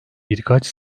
birkaç